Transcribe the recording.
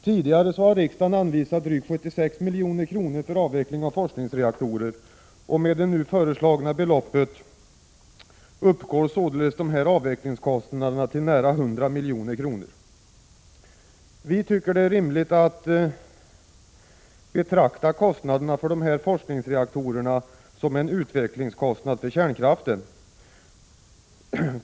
Tidigare har riksdagen anvisat drygt 76 milj.kr. för avveckling av forskningsreaktorer. Med det nu föreslagna beloppet uppgår således dessa avvecklingskostnader till nära 100 milj.kr. Vi tycker att det är rimligt att betrakta kostnaderna för dessa forskningsreaktorer som en utvecklingskostnad för kärnkraften.